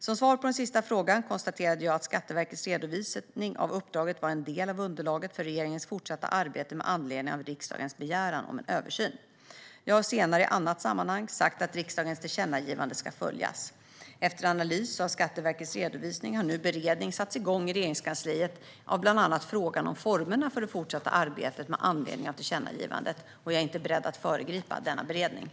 Som svar på den sista frågan konstaterade jag att Skatteverkets redovisning av uppdraget var en del av underlaget för regeringens fortsatta arbete med anledning av riksdagens begäran om en översyn. Jag har senare i annat sammanhang sagt att riksdagens tillkännagivande ska följas. Efter analys av Skatteverkets redovisning har nu beredning satts igång i Regeringskansliet av bland annat frågan om formerna för det fortsatta arbetet med anledning av tillkännagivandet. Jag är inte beredd att föregripa den beredningen.